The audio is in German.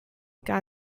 gar